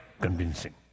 convincing